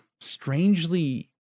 strangely